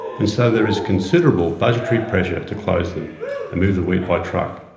and so there is considerable budgetary pressure to close them, and move the wheat by truck.